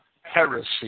heresy